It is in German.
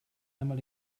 einmal